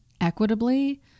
equitably